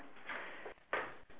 so why don't you start first dey